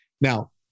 Now